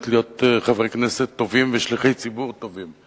להיות חברי כנסת טובים ושליחי ציבור טובים.